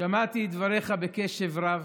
שמעתי את דבריך בקשב רב,